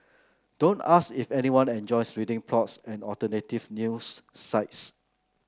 don't ask if anyone enjoys reading blogs and alternative news sites